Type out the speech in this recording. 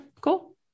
Cool